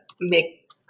make